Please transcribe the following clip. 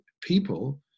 people